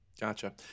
gotcha